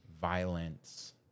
violence